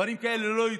דברים כאלה לא יתוקנו.